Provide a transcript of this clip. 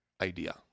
idea